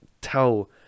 tell